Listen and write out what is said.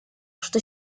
что